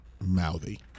mouthy